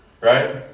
Right